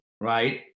right